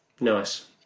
Nice